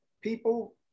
people